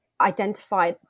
identify